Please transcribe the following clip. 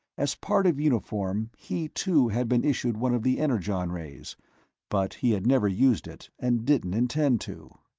as part of uniform, he, too, had been issued one of the energon-rays but he had never used it and didn't intend to.